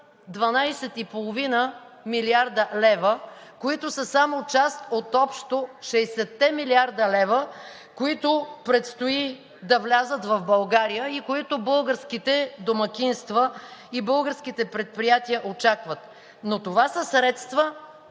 12,5 млрд. лв., които са само част от общо шестдесетте милиарда лева, които предстои да влязат в България, които българските домакинства и българските предприятия очакват. Но това са средства,